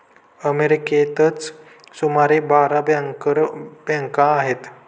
अमेरिकेतच सुमारे बारा बँकर बँका आहेत